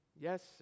Yes